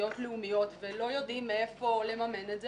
סוגיות לאומיות ולא יודעים מאיפה לממן את זה,